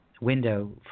window